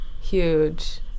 Huge